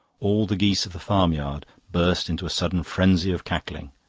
all the geese of the farmyard burst into a sudden frenzy of cackling.